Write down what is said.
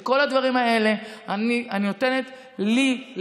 את כל הדברים האלה אני נותנת לי,